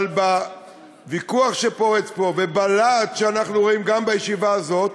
אבל בוויכוח שפורץ פה ובלהט שאנחנו רואים גם בישיבה הזאת,